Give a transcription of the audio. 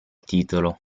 titolo